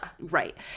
Right